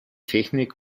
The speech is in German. technik